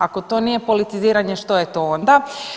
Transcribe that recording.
Ako to nije politiziranje što je to onda?